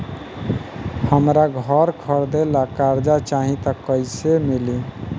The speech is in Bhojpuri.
हमरा घर खरीदे ला कर्जा चाही त कैसे मिली?